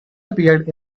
appeared